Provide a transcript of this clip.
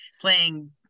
playing